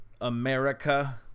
America